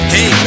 Hey